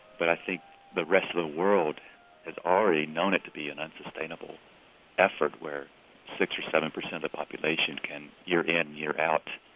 but i think the rest of the world has already known it to be an unsustainable effort, where six or seven percent of the population can, year in, year out,